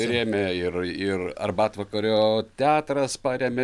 rėmė ir ir arbatvakario teatras parėmė